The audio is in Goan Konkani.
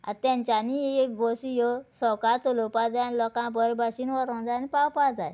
आतां तेंच्यानी एक बसी ह्यो सवका चलोवपा जाय आनी लोकां बरे भाशेन व्हरों जाय आनी पावपा जाय